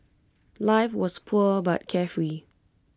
life was poor but carefree